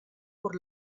por